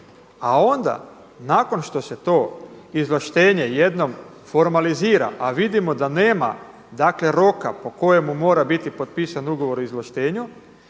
A onda nakon što se to izvlaštenje jednom formalizira, a vidimo da nema dakle roka po kojemu mora biti potpisan Ugovor o izvlaštenju,